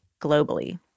globally